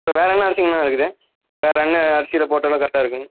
வேறு என்ன அரிசிங்கண்ணா இருக்குது வேறு என்ன அரிசியில் போட்டால் கரெக்டாக இருக்கும்